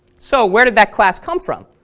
so where did that class come from?